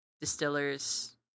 Distillers